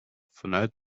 vanuit